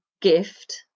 gift